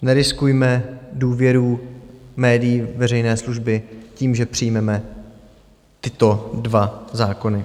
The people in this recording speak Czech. Neriskujme důvěru médií veřejné služby tím, že přijmeme tyto dva zákony.